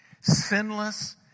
sinless